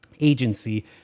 agency